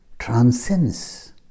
transcends